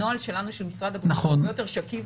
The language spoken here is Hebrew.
הנוהל שלנו, של משרד הבריאות הוא יותר שקוף,